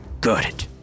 Good